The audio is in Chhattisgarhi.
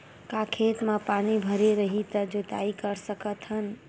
का खेत म पानी भरे रही त जोताई कर सकत हन?